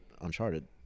Uncharted